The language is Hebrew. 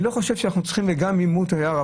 גם אם הוא תייר,